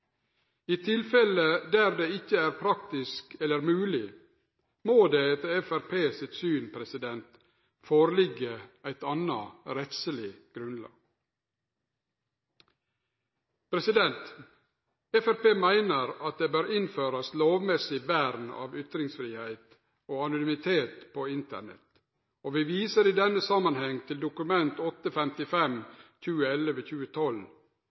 I tilfelle der det ikkje er praktisk eller mogleg, må det etter Framstegspartiet sitt syn liggje føre eit anna rettsleg grunnlag. Framstegspartiet meiner at det bør innførast lovmessig vern av ytringsfridom og anonymitet på Internett, og vi viser i denne samanhengen til Dokument